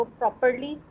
properly